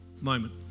moment